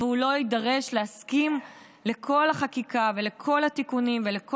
ולא יידרש להסכים לכל החקיקה ולכל התיקונים ולכל